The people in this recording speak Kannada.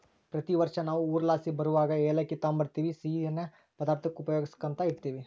ಪ್ರತಿ ವರ್ಷ ನಾವು ಊರ್ಲಾಸಿ ಬರುವಗ ಏಲಕ್ಕಿ ತಾಂಬರ್ತಿವಿ, ಸಿಯ್ಯನ್ ಪದಾರ್ತುಕ್ಕ ಉಪಯೋಗ್ಸ್ಯಂತ ಇರ್ತೀವಿ